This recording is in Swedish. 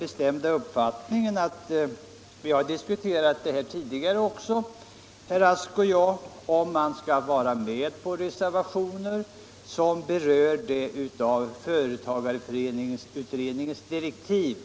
Herr Rask och jag har tidigare diskuterat om man skall vara med på reservationer som berör företagareföreningsutredningens direktiv.